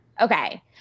Okay